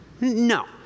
No